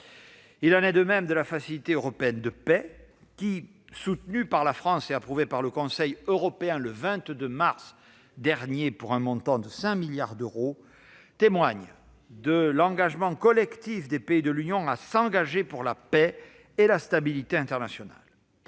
Il en va de même de la Facilité européenne de paix, qui, soutenue par la France et approuvée par le Conseil européen le 22 mars dernier, a été dotée d'un budget à hauteur de 5 milliards d'euros : ce fonds témoigne de l'engagement collectif des pays de l'Union européenne à s'engager pour la paix et la stabilité internationales.